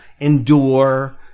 endure